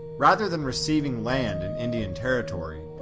rather than receiving land in indian territory,